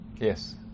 yes